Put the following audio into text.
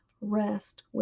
rest